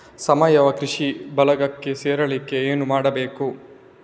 ಸಾವಯವ ಕೃಷಿ ಬಳಗಕ್ಕೆ ಸೇರ್ಲಿಕ್ಕೆ ಏನು ಮಾಡ್ಬೇಕು?